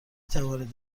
توانید